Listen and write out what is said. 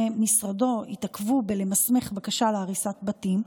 משרדו התעכבו בלמסמך בקשה להריסת בתים,